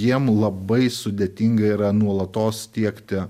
jiem labai sudėtinga yra nuolatos tiekti